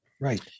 Right